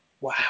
Wow